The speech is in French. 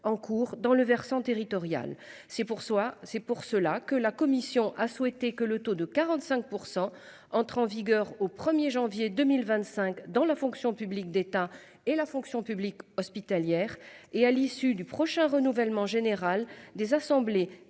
en cours dans le versant territorial c'est pour soi. C'est pour cela que la Commission a souhaité que le taux de 45% entre en vigueur au 1er janvier 2025 dans la fonction publique d'État et la fonction publique hospitalière et à l'issue du prochain renouvellement général des assemblées